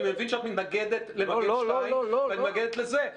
אני מבין שאת מתנגדת למגן 2 ומתנגדת לזה.